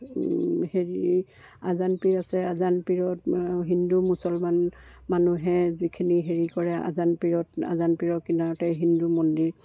হেৰি আজানপীৰ আছে আজানপীৰত হিন্দু মুছলমান মানুহে যিখিনি হেৰি কৰে আজানপীৰত আজানপীৰ কিণাৰতে হিন্দু মন্দিৰ